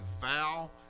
vow